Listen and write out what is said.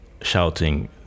shouting